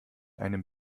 einem